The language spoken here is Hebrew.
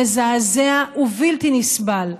מזעזע ובלתי נסבל.